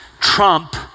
trump